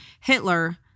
Hitler